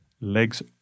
legs